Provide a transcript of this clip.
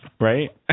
right